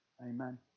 Amen